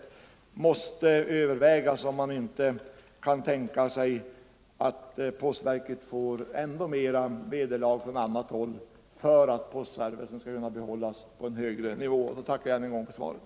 Det måste övervägas om man inte kan tänka sig att postverket får ännu mer vederlag från annat håll för att postservicen skall kunna bibehållas på en högre nivå. Jag tackar än en gång för svaret.